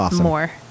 more